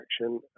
action